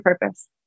purpose